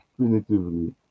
definitively